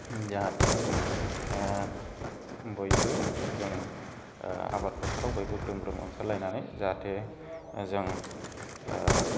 जाहाथे बयबो जों आबाद फोथाराव बयबो ग्रोम ग्रोम ओंखारलायनानै जाहाथे जों ओ